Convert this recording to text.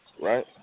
right